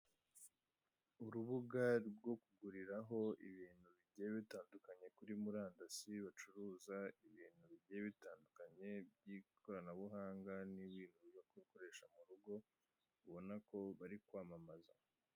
Urubuga rwo gukoreraho ibintu bigiye biyandukanye kuri murandasi bacuruza ibintu bigiye bitandukanye mu buryo bw'imbugankoranyambaga bisahoboka ko ubona bari kwamamaza.